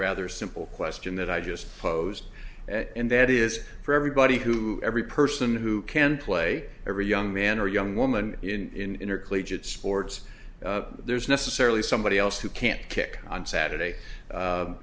rather simple question that i just posed and that is for everybody who every person who can play every young man or young woman in intercollegiate sports there's necessarily somebody else who can't kick on saturday